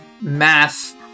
math